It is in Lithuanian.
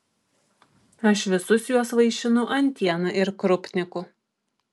aš visus juos vaišinu antiena ir krupniku